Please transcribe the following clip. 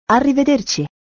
Arrivederci